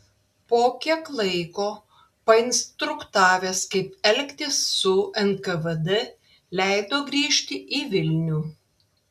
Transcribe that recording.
po kiek laiko painstruktavęs kaip elgtis su nkvd leido grįžti į vilnių